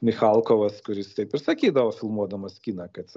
michalkovas kuris taip ir sakydavo filmuodamas kiną kad